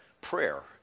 prayer